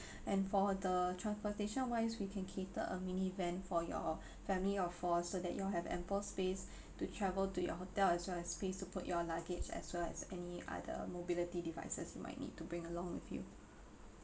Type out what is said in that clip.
and for the transportation wise we can cater a minivan for your family of four so that you all have ample space to travel to your hotel as well as space to put your luggage as well as any other mobility devices you might need to bring along with you